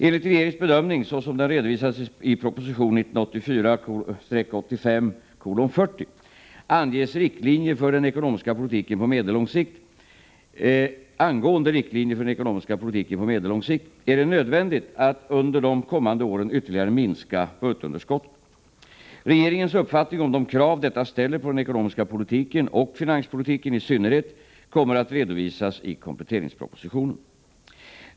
Enligt regeringens bedömning, såsom den redovisades i proposition 1984/85:40 angående riktlinjer för den ekonomiska politiken på medellång sikt, är det nödvändigt att under de kommande åren ytterligare minska budgetunderskottet. Regeringens uppfattning om de krav detta ställer på den ekonomiska politiken och finanspolitiken i synnerhet kommer att redovisas i kompletteringspropositionen.